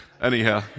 Anyhow